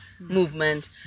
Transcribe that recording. movement